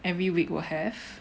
every week will have